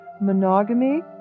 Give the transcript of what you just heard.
monogamy